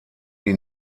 die